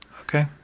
okay